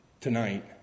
tonight